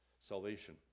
salvation